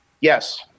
Yes